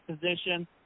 position